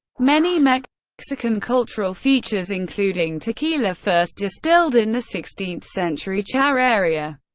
many many mexican cultural features including tequila, first distilled in the sixteenth century, charreria,